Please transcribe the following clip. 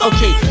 Okay